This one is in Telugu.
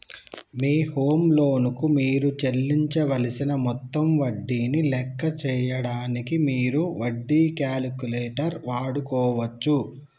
మీ హోమ్ లోన్ కు మీరు చెల్లించవలసిన మొత్తం వడ్డీని లెక్క చేయడానికి మీరు వడ్డీ క్యాలిక్యులేటర్ వాడుకోవచ్చు